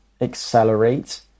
accelerate